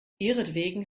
ihretwegen